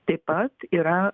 taip pat yra